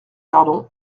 pardon